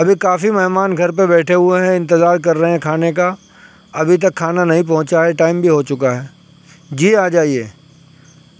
ابھی کافی مہمان گھر پہ بیٹھے ہوئے ہیں انتظار کر رہے ہیں کھانے کا ابھی تک کھانا نہیں پہنچا ہے ٹائم بھی ہو چکا ہے جی آ جائیے